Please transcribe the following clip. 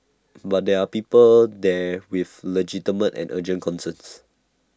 but there are people there with legitimate and urgent concerns